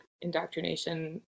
indoctrination